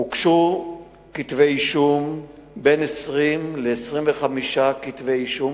הוגשו בין 20 ל-25 כתבי אישום,